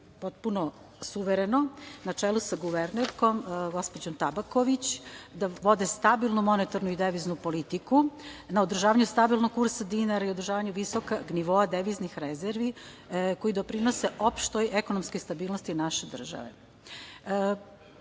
potpuno suvereno na čelu sa guvernerkom gospođom Tabaković, da vode stabilnu monetarnu i deviznu politiku, na održavanju stabilnog kursa dinara i održavanju visokog nivoa deviznih rezervi koji doprinose opštoj ekonomskoj stabilnosti naše